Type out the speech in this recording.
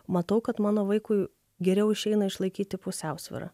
matau kad mano vaikui geriau išeina išlaikyti pusiausvyrą